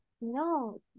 no